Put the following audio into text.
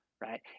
right